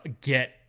get